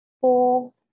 Four